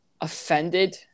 offended